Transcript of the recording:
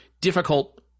difficult